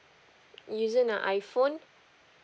using an iphone